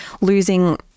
losing